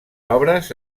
obres